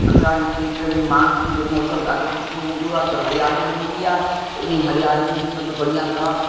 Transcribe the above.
असांजे खेत्र में मानसून जो मौसम ॾाढो सुठो हूंदो आहे चओ हरियाली हूंदी आहे त उन हरियाली में सभु बढ़िया सां